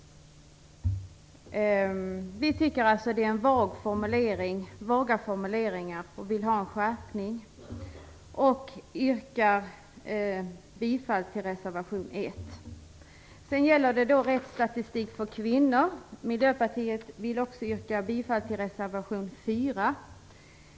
Vi i Miljöpartiet tycker att det är vaga formuleringar och vill ha en skärpning. Jag yrkar bifall till reservation 1. Sedan gäller det rättsstatistik för kvinnor. Miljöpartiet yrkar också bifall till reservation 4.